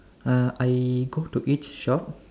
uh I go to each shop